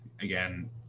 again